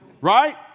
right